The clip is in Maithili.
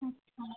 अच्छा